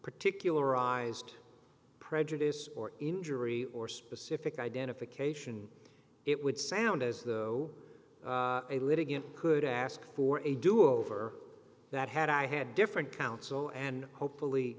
particular ised prejudice or injury or specific identification it would sound as though a litigant could ask for a do over that had i had different counsel and hopefully